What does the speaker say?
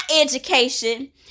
education